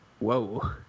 Whoa